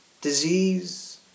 disease